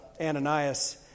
Ananias